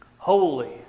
Holy